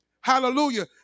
hallelujah